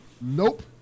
Nope